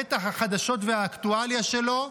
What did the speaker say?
בטח החדשות והאקטואליה שלו,